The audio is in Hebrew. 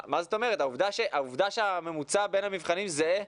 מה זאת אומרת, העובדה שהממוצע בין המבחנים זהה,